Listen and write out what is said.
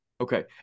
okay